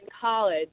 college